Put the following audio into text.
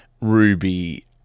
Ruby